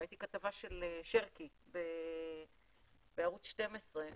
ראיתי כתבה של שרקי בערוץ 12,